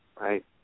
Right